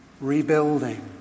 rebuilding